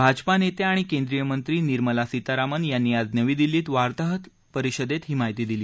भाजपा नेत्या आणि केंद्रीय मंत्री निर्मला सीतारामन यांनी आज नवी दिल्लीत वार्ताहर परिषदेत ही माहिती दिली